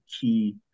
key